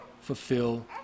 fulfill